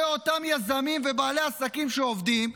זה אותם יזמים ובעלי עסקים שעובדים.